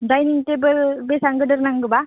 dining table बेसां गोदोर नांगो बा